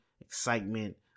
excitement